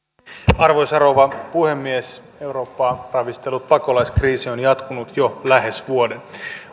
arvoisa rouva puhemies eurooppaa ravistellut pakolaiskriisi on jatkunut jo lähes vuoden